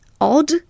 Odd